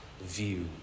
view